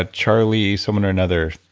ah charlie someone or another.